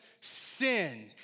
sin